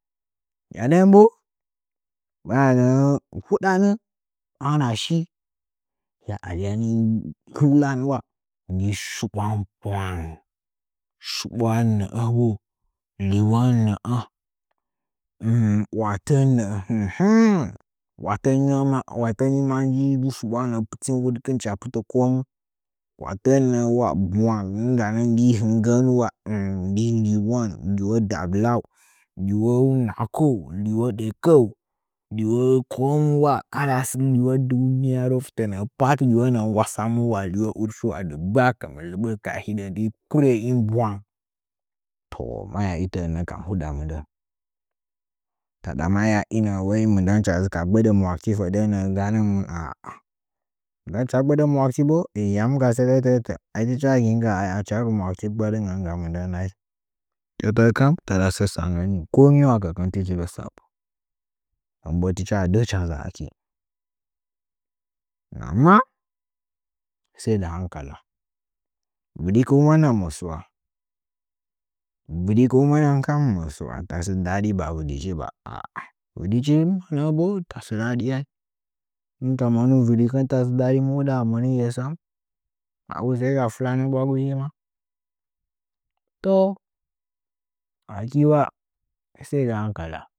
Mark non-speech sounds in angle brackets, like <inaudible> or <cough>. Ya nden bo maya gɨn huɗanə hɨna shi hiya alyani kɨlula gii shibwan bwang shi ɓwan nə’ə bo luuwo nə’ə <hesitation> watən nə’ə <hesitation> watən nə’ə <hesitation> watən ni ma us huɗi pɨtkɨn hɨcha pɨtə komiu ꞌwatən nəwa bwang nɨngganə ndi hɨnggən ula <hesitation> ndii liuwon liuwon dagɨla liuwo nako liuwo dekəu liuwo komu kala sə duniyaru fɨtə nə’ə pat nggwassanɨn liuwo wurfi ula dɨgba lɨɓə’ə kaha hiɗə ndɨ kurə in bwang toh may ltə’ə nəkam huda mɨndən taɗa maya inə’ə ulai mɨndən hɨcha dzɨ ka gbaɗa maukti fədə nə’ə ganənmɨn gajichi gbədə maukti bo yanu ga sətə tə’ə tə ai ti cha gi ngga achi maukti gbəɗngənga mɨndən ai sətə kam taɗa sə səgəni ko ngi wakəkɨn tɨ chi gə sə nden bo tɨcha ɗa’ə hicha nza sə amma sai dɨ hankala vɨdikunəngɨn mɨ sɨwa vɨdikunəngən kam mɨ sɨ wa tasə ba vɨdi chi ba vɨ di chin nəbo tasə daɗi ai ɦnla monu vɨdikɨn tasə daɗi mu huɗa amoniye sam aku sai ahɨn mɨ fɨla ɓwagu toh akinas sai dɨ hankala.